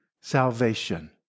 salvation